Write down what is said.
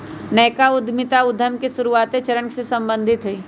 नयका उद्यमिता उद्यम के शुरुआते चरण से सम्बंधित हइ